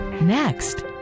Next